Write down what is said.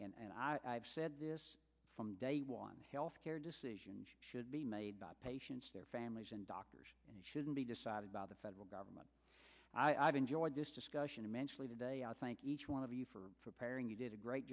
family and i've said this from day one health care decisions should be made by patients their families and doctors shouldn't be decided by the federal government i've enjoyed this discussion to mention today i think each one of you for preparing you did a great